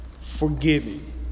forgiving